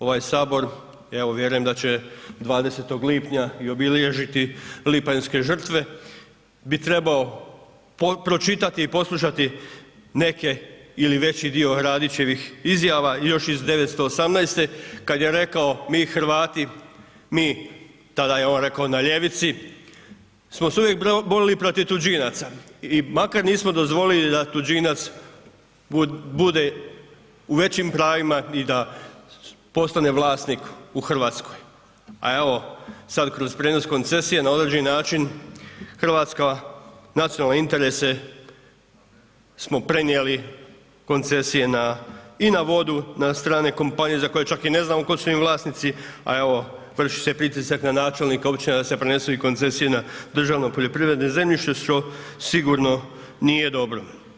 Ovaj sabor, evo vjerujem da će 20. lipnja i obilježiti lipanjske žrtve bi trebao pročitati i poslušati neke ili veći dio Radićevih izjava još iz '918. kad je rekao mi Hrvati, mi tada je on rekao na ljevici smo se uvijek borili protiv tuđinaca i makar nismo dozvolili da tuđinac bude u većim pravima i da postane vlasnik u Hrvatskoj, a evo sad kroz prijenos koncesije na određeni način Hrvatska nacionalne interese smo prenijeli koncesije na, i na vodu na strane kompanije za koje čak ni ne znamo tko su im vlasnici, a evo vrši se pritisak i na načelnika općine da se prenesu i koncesije na državno poljoprivredno zemljište što sigurno nije dobro.